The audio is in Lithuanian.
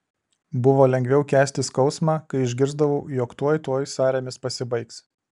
buvo lengviau kęsti skausmą kai išgirsdavau jog tuoj tuoj sąrėmis pasibaigs